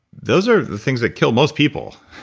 those are the things that kill most people,